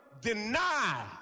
deny